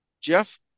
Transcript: Jeff